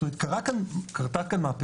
קרתה כאן מהפכה